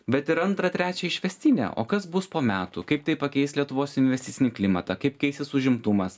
bet ir antrą trečią išvestinę o kas bus po metų kaip tai pakeis lietuvos investicinį klimatą kaip keisis užimtumas